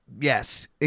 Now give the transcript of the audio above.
yes